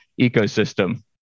ecosystem